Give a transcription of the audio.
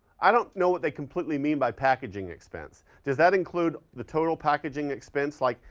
i don't know what they completely mean by packaging expense. does that include the total packaging expense, like,